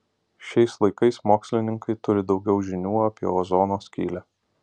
šiais laikais mokslininkai turi daugiau žinių apie ozono skylę